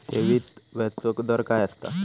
ठेवीत व्याजचो दर काय असता?